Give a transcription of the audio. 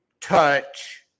touch